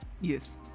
Yes